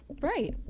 Right